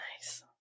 Nice